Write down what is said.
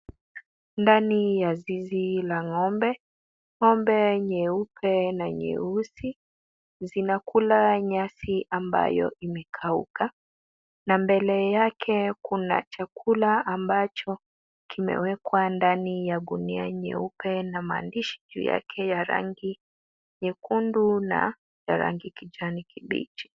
Ndani ya zizi la ng'ombe. Ng'ombe nyeupe na nyeusi zinakula nyasi ambayo imekauka na mbele yake kuna chakula ambacho kimewekwa ndani ya gunia nyeupe na maandishi juu yake ya rangi nyekundu na rangi kijani kibichi.